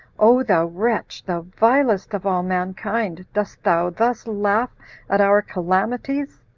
o thou wretch, the vilest of all mankind, dost thou thus laugh at our calamities?